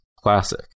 classic